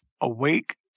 awake